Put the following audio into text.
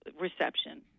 reception